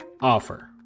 Offer